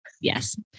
Yes